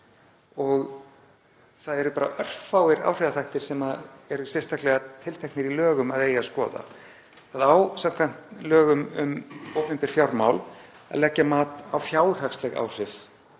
og það eru bara örfáir áhrifaþættir sem eru sérstaklega tilteknir í lögum að eigi að skoða. Það á samkvæmt lögum um opinber fjármál að leggja mat á fjárhagsleg áhrif